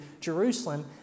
Jerusalem